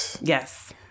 Yes